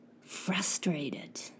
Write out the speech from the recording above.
frustrated